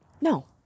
No